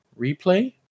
replay